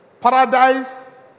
paradise